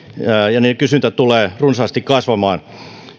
ja niiden kysyntä tulevat runsaasti kasvamaan